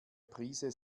prise